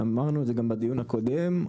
אמרנו גם בדיון הקודם,